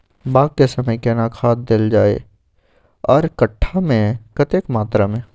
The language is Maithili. बाग के समय केना खाद देल जाय आर कट्ठा मे कतेक मात्रा मे?